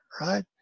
right